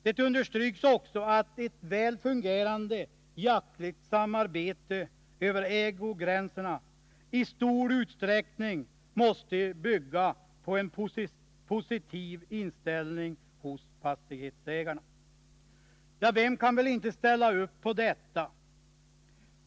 Det understryks också att ett väl fungerande jaktligt samarbete över ägogränserna i stor utsträckning måste bygga på en positiv inställning hos fastighetsägarna. Ja, vem kan väl inte ställa upp på detta?